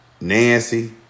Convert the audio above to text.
Nancy